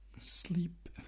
sleep